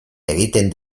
egiten